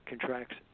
contracts